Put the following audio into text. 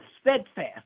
steadfast